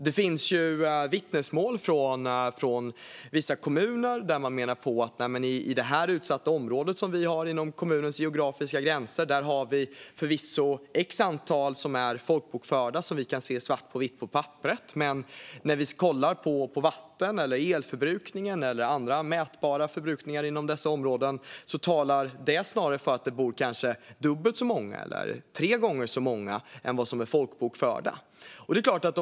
Det finns ju vittnesmål från en del kommuner där man pekar på att vatten och elförbrukningen och andra mätbara förbrukningar i vissa utsatta områden talar för att det kanske bor dubbelt så många eller tre gånger så många där än de som är folkbokförda i området.